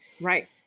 Right